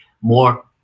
more